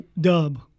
Dub